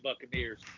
Buccaneers